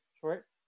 short